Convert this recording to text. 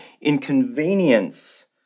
inconvenience